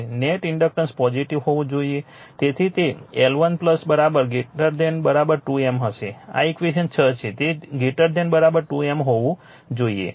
net inductance positive હોવું જ જોઈએ તેથી તે L1 2 M હશે આ ઈક્વેશન 6 છે તે 2 M હોવું જોઈએ